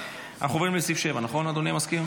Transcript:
שבעה מתנגדים.